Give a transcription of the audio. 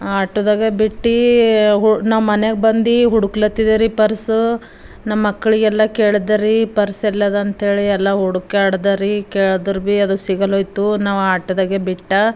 ಆಟೋದಾಗೆ ಬಿಟ್ಟಿ ಹೊ ನಾವು ಮನ್ಯಾಗ ಬಂದು ಹುಡುಕ್ಲತ್ತಿದ್ದೇವ್ರಿ ಪರ್ಸ ನಮ್ಮ ಮಕ್ಕಳಿಗೆಲ್ಲ ಕೇಳಿದೇವ್ರಿ ಪರ್ಸ್ ಎಲ್ಲದಾಂಥೇಳಿ ಎಲ್ಲ ಹುಡುಕಾಡ್ದೇರಿ ಕೇಳ್ದರ್ಬಿ ಅದು ಸಿಗಲ್ಲೋಯ್ತು ನಾವು ಆಟೋದಾಗೆ ಬಿಟ್ಟ